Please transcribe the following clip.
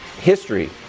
history